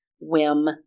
whim